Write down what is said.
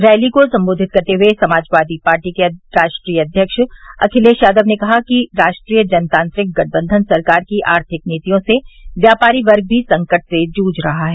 rally को संबोधित करते हए समाजवादी पार्टी के राष्ट्रीय अध्यक्ष अखिलेश यादव ने कहा कि राष्ट्रीय जनतांत्रिक गठबंधन सरकार की आर्थिक नीतियों से व्यापारी वर्ग भी संकट से जूझ रहा है